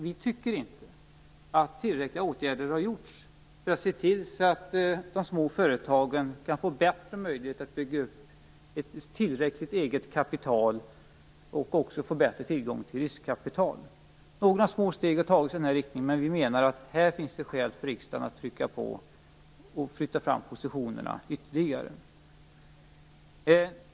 Vi tycker inte att tillräckliga åtgärder har vidtagits för att se till att de små företagen kan få bättre möjligheter att bygga upp ett tillräckligt eget kapital och få bättre tillgång till riskkapital. Några små steg har tagits i denna riktning. Men vi menar att här finns det skäl för riksdagen att trycka på och flytta fram positionerna ytterligare.